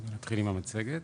נתחיל עם המצגת,